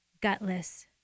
gutless